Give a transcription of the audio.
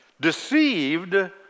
deceived